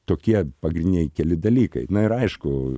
tokie pagrindiniai keli dalykai na ir aišku